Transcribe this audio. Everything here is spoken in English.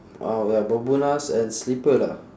uh wear bermudas and slipper lah